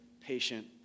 patient